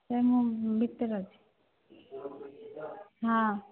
sir ମୁଁ ଭିତରେ ଅଛି ହଁ